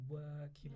work